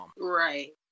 Right